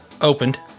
opened